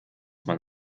man